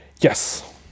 Yes